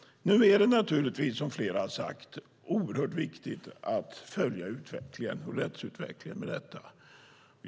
Som flera har sagt är det oerhört viktigt att följa rättsutvecklingen.